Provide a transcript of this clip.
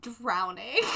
drowning